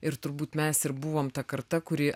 ir turbūt mes ir buvom ta karta kuri